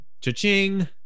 cha-ching